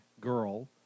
Girl